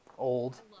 old